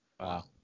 Wow